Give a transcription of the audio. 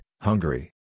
Hungary